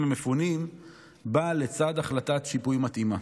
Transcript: המפונים באה לצד החלטת שיפוי מתאימה.